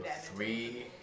three